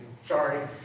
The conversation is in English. Sorry